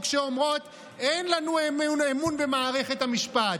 שאומרות: אין לנו אמון במערכת המשפט,